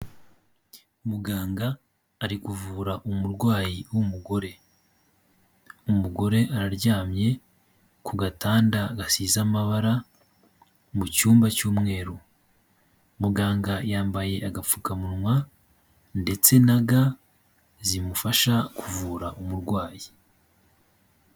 Muganga ari kuvura umurwayi w'umugore, umugore araryamye ku gatanda gasize amabara mu cyumba cy'umweru. Muganga yambaye agapfukamunwa ndetse na ga zimufasha kuvura umurwayi.